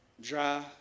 Dry